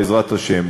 בעזרת השם,